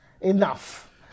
enough